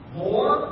more